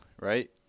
right